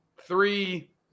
three